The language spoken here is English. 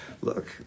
look